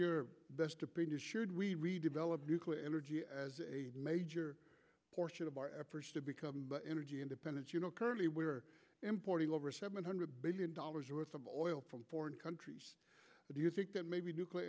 best should we redevelop nuclear energy as a major portion of our efforts to become energy independent you know currently we are importing over seven hundred billion dollars worth of oil from foreign countries do you think that maybe nuclear